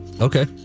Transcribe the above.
Okay